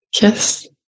Yes